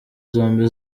zombi